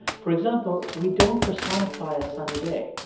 for example, we don't personify a sunny day,